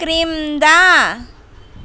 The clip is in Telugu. క్రింద